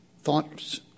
thoughts